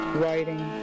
writing